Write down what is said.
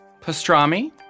Pastrami